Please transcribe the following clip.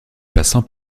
passants